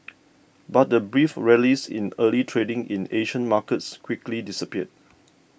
but the brief rallies in early trading in Asian markets quickly disappeared